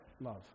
love